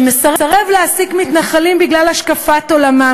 שמסרב להעסיק מתנחלים בגלל השקפת עולמם